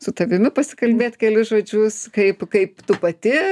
su tavimi pasikalbėt kelis žodžius kaip kaip tu pati